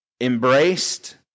embraced